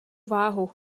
váhu